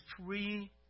three